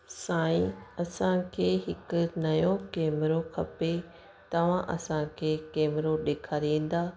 साई असांखे हिकु नयो कैमरो खपे तव्हां असांखे कैमरो ॾेखारींदा